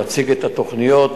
להציג את התוכניות,